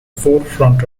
forefront